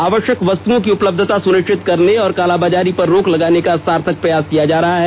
आवश्यक वस्तुओं की उपलब्धता सुनिश्चित करने और कालाबाजारी पर रोक लगाने का सार्थक प्रयास किया जा रहा है